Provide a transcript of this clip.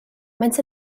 maent